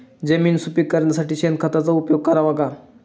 जमीन सुपीक करण्यासाठी शेणखताचा उपयोग करावा का?